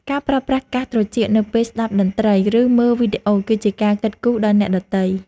ការប្រើប្រាស់កាសត្រចៀកនៅពេលស្តាប់តន្ត្រី ឬមើលវីដេអូ គឺជាការគិតគូរដល់អ្នកដទៃ។